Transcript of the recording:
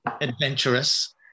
adventurous